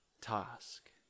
task